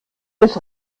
des